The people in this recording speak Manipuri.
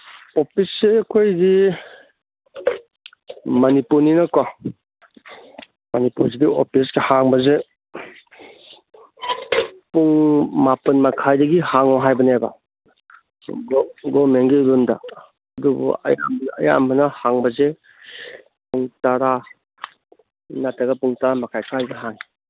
ꯑꯣꯐꯤꯁꯁꯦ ꯑꯩꯈꯣꯏꯗꯤ ꯃꯅꯤꯄꯨꯔꯅꯤꯅꯀꯣ ꯃꯅꯤꯄꯨꯔꯁꯤꯗꯤ ꯑꯣꯐꯤꯁ ꯍꯥꯡꯕꯁꯦ ꯄꯨꯡ ꯃꯥꯄꯟ ꯃꯈꯥꯏꯗꯒꯤ ꯍꯥꯡꯉꯣ ꯍꯥꯏꯕꯅꯦꯕ ꯒꯣꯃꯦꯟꯒꯤ ꯔꯨꯜꯗ ꯑꯗꯨꯕꯨ ꯑꯌꯥꯝꯕꯅ ꯍꯥꯡꯕꯁꯦ ꯄꯨꯡ ꯇꯔꯥ ꯅꯠ꯭ꯔꯒ ꯄꯨꯡ ꯇꯔꯥꯃꯈꯥꯏ ꯁ꯭ꯋꯥꯏꯗ ꯍꯥꯡꯉꯤ